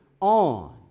on